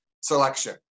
selection